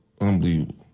Unbelievable